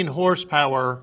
horsepower